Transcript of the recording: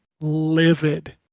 livid